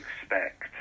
expect